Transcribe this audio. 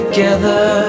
Together